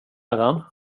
äran